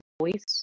voice